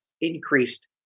increased